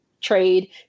trade